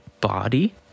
body